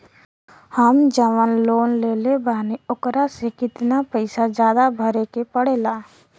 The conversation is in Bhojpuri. हम जवन लोन लेले बानी वोकरा से कितना पैसा ज्यादा भरे के पड़ेला?